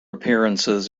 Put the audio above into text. appearances